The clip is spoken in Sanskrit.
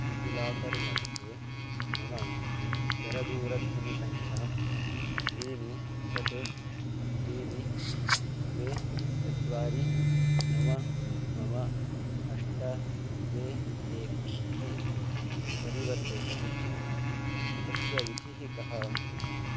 डिजिलाकर् मध्ये मम चरदूरध्वनिसङ्ख्यां त्रीणि षट् त्रीणि द्वे चत्वारि नव नव अष्ट द्वे एकम् इति परिवर्तयितुम् इच्छामि तस्य विधिः का